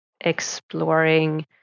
exploring